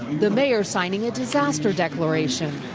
the mayor signing a disaster declaration.